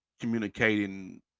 communicating